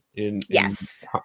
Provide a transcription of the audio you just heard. Yes